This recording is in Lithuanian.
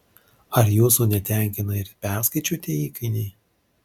ar jūsų netenkina ir perskaičiuotieji įkainiai